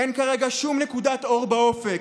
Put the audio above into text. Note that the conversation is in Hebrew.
אין כרגע שום נקודת אור באופק,